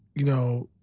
you know,